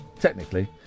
Technically